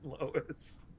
Lois